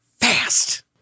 Fast